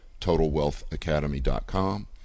totalwealthacademy.com